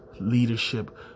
leadership